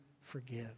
forgive